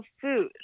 food